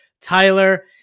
Tyler